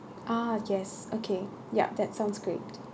ah yes okay yup that sounds great